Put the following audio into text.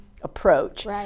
approach